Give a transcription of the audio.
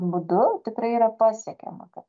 būdu tikrai yra pasiekiama ka